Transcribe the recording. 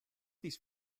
these